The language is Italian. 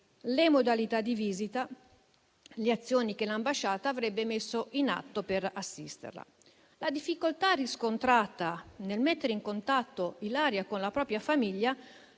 le modalità di visita e le azioni che l'ambasciata avrebbe messo in atto per assisterla. La difficoltà riscontrata nel mettere in contatto Ilaria con la propria famiglia